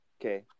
Okay